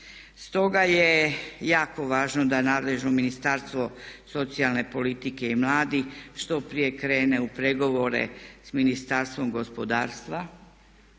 Stoga je jako važno da nadležno ministarstvo socijalne politike i mladih što prije krene u pregovore s Ministarstvom gospodarstva